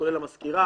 כולל המזכיר/ה,